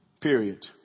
period